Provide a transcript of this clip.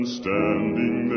standing